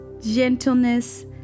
gentleness